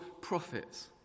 prophets